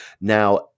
Now